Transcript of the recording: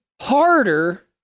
harder